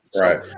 Right